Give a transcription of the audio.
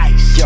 Ice